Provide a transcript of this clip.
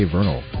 Vernal